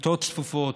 כיתות צפופות,